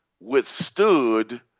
withstood